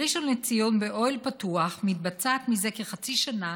בראשון לציון, באוהל פתוח, מתבצעות מזה כחצי שנה